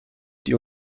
die